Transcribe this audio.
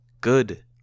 good